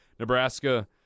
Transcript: Nebraska